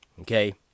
Okay